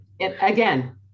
Again